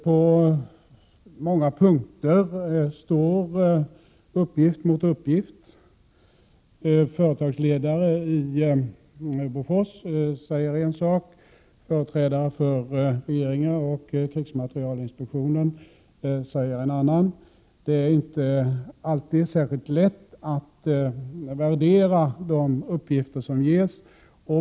På många punkter står uppgift mot uppgift. Företagsledare vid Bofors säger en sak, företrädare för regeringen och krigsmaterielinspektionen säger en annan. Det är inte alltid särskilt lätt att värdera de uppgifter som ges.